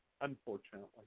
unfortunately